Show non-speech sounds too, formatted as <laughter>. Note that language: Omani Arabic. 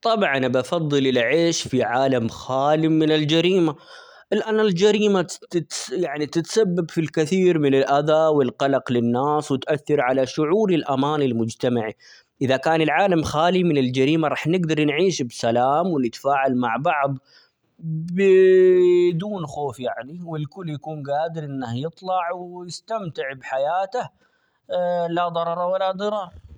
طبعًا بفضل العيش في عالم خالي من الجريمة ، لأن الجريمة -تتس- يعني تتسبب في الكثير من الأذى ،والقلق للناس وتؤثر على شعور الأمان المجتمعي ، إذا كان العالم خالي من الجريمة راح نقدر نعيش بسلام ونتفاعل مع بعض ب <hesitation> بدون خوف يعني، والكل يكون قادر إنه يطلع ،ويستمتع بحياته <hesitation> لا ضرر ولا ضرار.